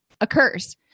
occurs